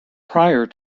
prior